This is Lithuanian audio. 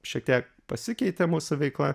šiek tiek pasikeitė mūsų veikla